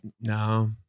No